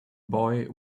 boy